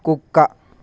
కుక్క